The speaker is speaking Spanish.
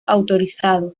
autorizado